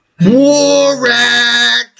Warack